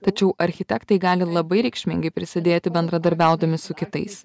tačiau architektai gali labai reikšmingai prisidėti bendradarbiaudami su kitais